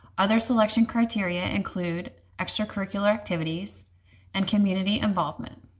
other selection criteria include extracurricular activities and community involvement,